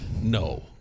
No